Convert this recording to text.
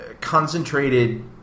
Concentrated